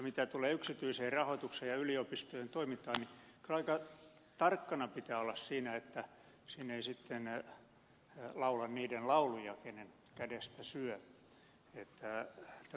mitä tulee yksityiseen rahoitukseen ja yliopistojen toimintaan niin kyllä aika tarkkana pitää olla siinä että ei sitten laula niiden lauluja joiden kädestä syö